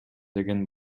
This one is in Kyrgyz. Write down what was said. деген